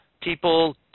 people